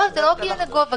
לא עניין של גובה.